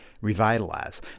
revitalize